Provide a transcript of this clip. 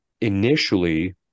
initially